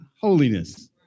holiness